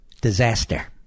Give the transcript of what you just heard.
disaster